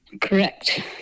correct